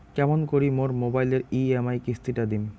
কেমন করি মোর মোবাইলের ই.এম.আই কিস্তি টা দিম?